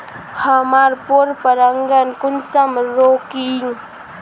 हमार पोरपरागण कुंसम रोकीई?